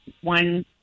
one